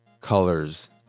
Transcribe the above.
colors